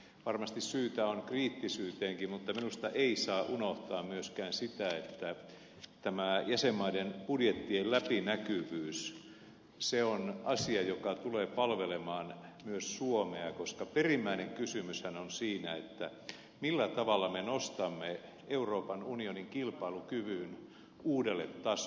varmasti syytä on kriittisyyteenkin mutta minusta ei saa unohtaa myöskään sitä että jäsenmaiden budjettien läpinäkyvyys on asia joka tulee palvelemaan myös suomea koska perimmäinen kysymyshän on siinä millä tavalla me nostamme euroopan unionin kilpailukyvyn uudelle tasolle